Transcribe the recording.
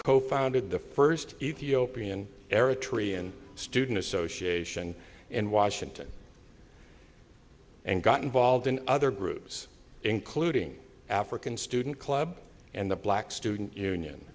co founded the first ethiopian eritrean student association in washington and got involved in other groups including african student club and the black student union